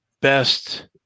best